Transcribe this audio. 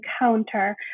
encounter